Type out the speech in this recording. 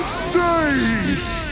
stage